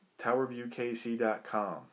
TowerViewKC.com